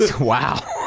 Wow